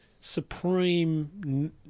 supreme